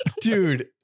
Dude